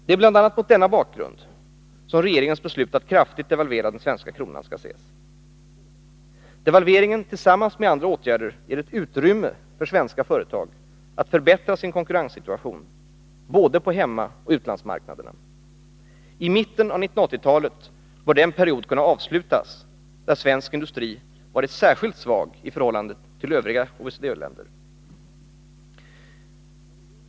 Det är bl.a. mot denna bakgrund som regeringens beslut att kraftigt devalvera den svenska kronan skall ses. Devalveringen, tillsammans med andra åtgärder, ger ett utrymme för svenska företag att förbättra sin konkurrenssituation på både hemmaoch utlandsmarknaderna. I mitten av 1980-talet bör den period kunna avslutas där svensk industri varit särskilt svag i förhållande till övriga OECD-länder.